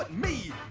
me.